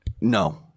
No